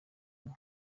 imwe